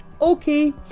okay